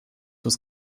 was